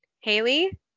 Haley